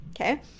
Okay